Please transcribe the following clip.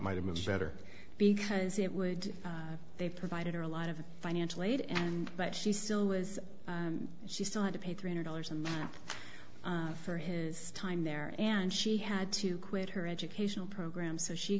might have much better because it would they provided her a lot of financial aid and but she still was she still had to pay three hundred dollars a month for his time there and she had to quit her educational program so she